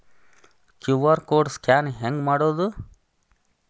QR code scan ಹೆಂಗ್ ಮಾಡೋದು?